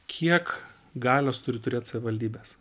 kiek galios turi turėt savivaldybės